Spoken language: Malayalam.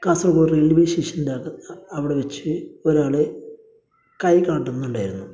കാസർഗോഡ് റെയിൽവേ സ്റ്റേഷൻ്റെ അവിടെ വച്ച് ഒരാൾ കൈ കാട്ടുന്നുണ്ടായിരുന്നു